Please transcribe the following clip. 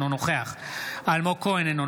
אינו נוכח אלמוג כהן,